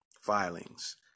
filings